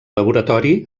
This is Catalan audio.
laboratori